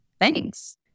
Thanks